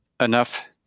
enough